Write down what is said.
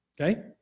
Okay